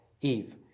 Eve